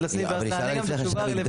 לסעיף וגם נענה גם את התשובה הרלוונטית לסעיף.